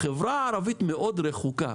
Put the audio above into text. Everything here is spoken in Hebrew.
החברה הערבית מאוד רחוקה